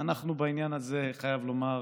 אנחנו בעניין הזה מתואמים, אני חייב לומר,